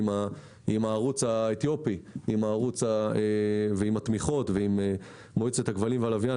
עם הערוץ האתיופי ועם התמיכות ועם מועצת הכבלים והלוויין.